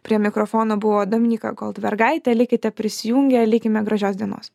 prie mikrofono buvo dominykai goldbergaitė likite prisijungę linkime gražios dienos